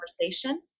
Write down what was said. conversation